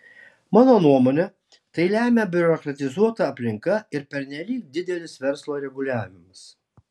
mano nuomone tai lemia biurokratizuota aplinka ir pernelyg didelis verslo reguliavimas